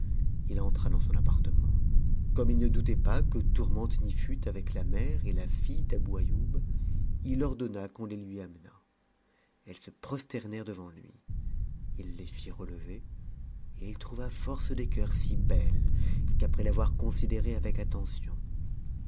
il entra dans son appartement comme it ne doutait pas que tourmente n'y fut avec la mère et la fille dabou aïoub il ordonna qu'on les lui amenât elles se prosternèrent devant lui il les fit relever et il trouva force des cœurs si belle qu'après l'avoir considérée avec attention